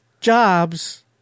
jobs